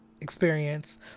experience